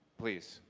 please,